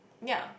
ya